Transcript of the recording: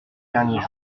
derniers